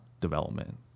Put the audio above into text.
development